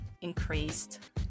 increased